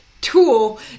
tool